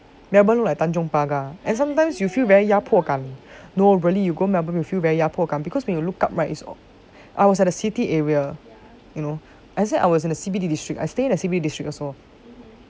melbourne like tanjong pagar and sometimes you feel very 压迫感 no really you go melbourne you feel very 压迫感 because when you look up right is all I was at a city area you know I said I was in a C_B_D district I stay in a C_B_D district also